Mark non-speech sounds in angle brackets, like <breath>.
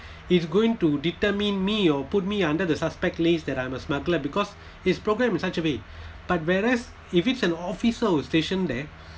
it's going to determine me or put me under the suspect list that I'm a smuggler because it's programmed in such a way <breath> but whereas if it's an officer who stationed there <breath>